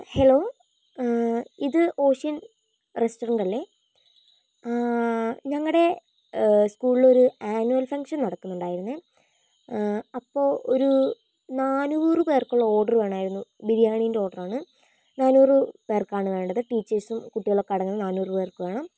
hello ഇത് ocean റെസ്റ്റോറൻ്റല്ലേ ഞങ്ങടെ സ്ക്കൂളിലൊരു ആനുവൽ ഫംഗ്ഷൻ നടക്കുന്നുണ്ടായിരുന്നെ അപ്പോൾ ഒരു നാന്നൂറ് പേർക്കുള്ള ഓർഡർ വേണായിരുന്നു ബിരിയാണീൻ്റെ ഓർഡറാണ് നാന്നൂറ് പേർക്കാണ് വേണ്ടത് ടീച്ചേഴ്സും കുട്ടികളൊക്കെ അടങ്ങുന്ന നാന്നൂറ് പേർക്ക് വേണം